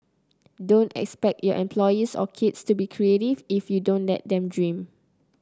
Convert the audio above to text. don't expect your employees or kids to be creative if you don't let them dream